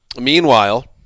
Meanwhile